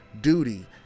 duty